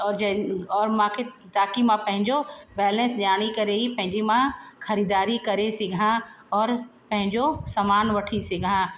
और जंहिं और मांखे ताकि मां पंहिंजो बैलेंस ॼाणी करे ई पंहिंजी मां ख़रीदारी करे सघां और पंहिंजो सामान वठी सघां